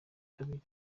kabiri